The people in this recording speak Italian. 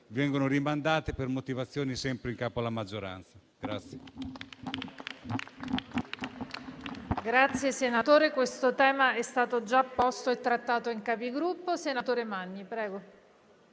vengono rimandate per motivazioni sempre in capo alla maggioranza, durante